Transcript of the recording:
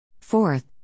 Fourth